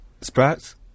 Sprouts